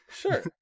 Sure